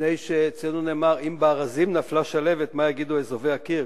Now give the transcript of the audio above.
מפני שאצלנו נאמר: "אם בארזים נפלה שלהבת מה יגידו אזובי הקיר",